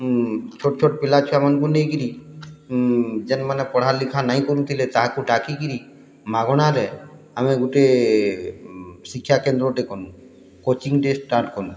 ଛୋଟ୍ ଛୋଟ୍ ପିଲାଛୁଆମାନ୍କୁ ନେଇକିରି ଯେନ୍ମାନେ ପଢ଼ାଲିଖା ନାଇଁ କରୁଥିଲେ ତାହାକୁ ଡାକିକିରି ମାଗଣାରେ ଆମେ ଗୁଟେ ଶିକ୍ଷାକେନ୍ଦ୍ରଟେ କଲୁଁ କୋଚିଂଟେ ଷ୍ଟାର୍ଟ୍ କଲୁଁ